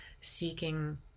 seeking